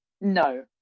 No